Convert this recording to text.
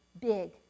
big